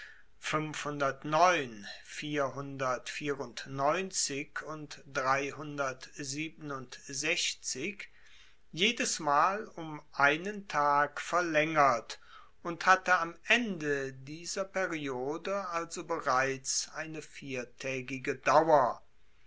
und jedesmal um einen tag verlaengert und hatte am ende dieser periode also bereits eine viertaegige dauer